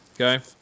Okay